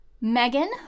Megan